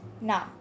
now